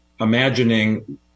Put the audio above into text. imagining